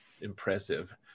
impressive